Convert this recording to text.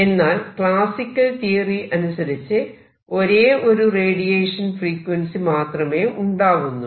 എന്നാൽ classical theory അനുസരിച്ച് ഒരേ ഒരു റേഡിയേഷൻ ഫ്രീക്വൻസി മാത്രമേ ഉണ്ടാവുന്നുള്ളൂ